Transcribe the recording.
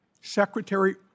Secretary